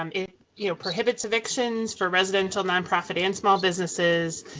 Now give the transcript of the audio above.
um it you know prohibits evictions for residential, nonprofit, and small businesses,